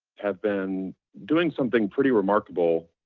have been doing something pretty remarkable